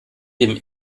dem